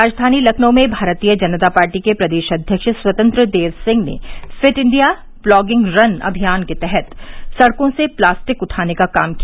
राजधानी लखनऊ में भारतीय जनता पार्टी के प्रदेश अध्यक्ष स्वतंत्र देव सिंह ने फिट इंडिया प्लागिंग रन अभियान के तहत सड़कों से प्लास्टिक उठाने का काम किया